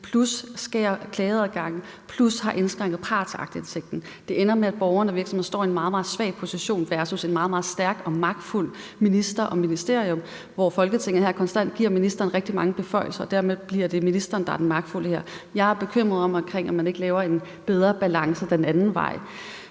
man skærer i klageadgangen, plus at man indskrænker partsaktindsigten. Det ender med, at borgerne og virksomhederne står i en meget, meget svær position versus en meget, meget stærk og magtfuld minister med sit ministerium, hvor Folketinget jo konstant giver ministeren rigtig mange beføjelser, og dermed bliver det ministeren, der er den magtfulde her. Jeg er bekymret omkring, at man ikke sikrer en bedre balance den anden vej.